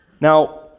Now